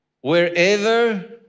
wherever